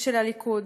ושל הליכוד.